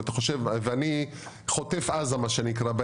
ואני נמצא בחוטף עזה מה שנקרא,